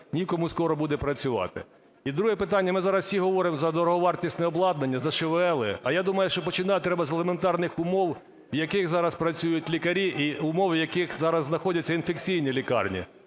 нікому скоро буде працювати. І друге питання. Ми зараз всі говоримо за дороговартісне обладнання, за ШВЛ, а я думаю, що починати треба з елементарних умов, в яких зараз працюють лікарі, і умов, в яких зараз знаходяться інфекційні лікарні.